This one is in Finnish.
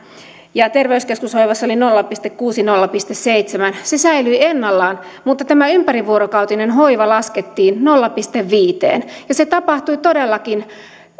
terveyskeskushoivassa se oli nolla pilkku kuusi viiva nolla pilkku seitsemän se säilyi ennallaan mutta tämä ympärivuorokautinen hoiva laskettiin nolla pilkku viiteen ja se tapahtui todellakin